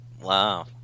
Wow